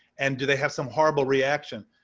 and do they have some horrible reaction?